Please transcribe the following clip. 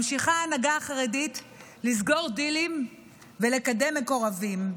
ממשיכה ההנהגה החרדית לסגור דילים ולקדם מקורבים.